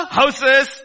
houses